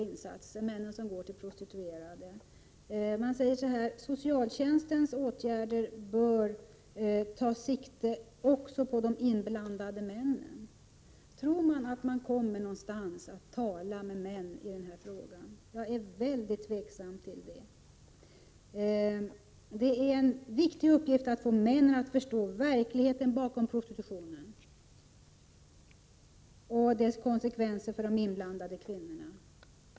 Utskottet säger: Socialtjänstens åtgärder bör ta sikte också på de inblandade männen. Tror utskottsmajoriteten att man kommer någonstans med att tala med män i den här frågan? Jag är väldigt tveksam till det. Det är en viktig uppgift att få männen att förstå verkligheten bakom prostitutionen och dess konsekvenser för de inblandade kvinnorna.